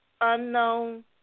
Unknown